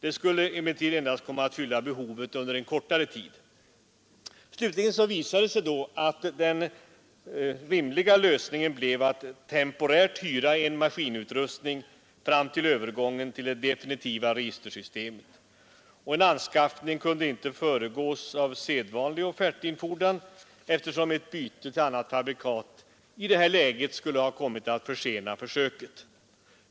Den skulle emellertid endast komma att fylla behovet under en kortare tid. Slutligen visade det sig att den rimliga lösningen blev att temporärt hyra en maskinutrustning fram till övergången till det definitiva registersystemet. En anskaffning kunde inte föregås av sedvanlig offertinfordran, eftersom ett byte till annat fabrikat i nuvarande läge skulle allvarligt försena försöket.